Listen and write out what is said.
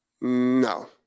No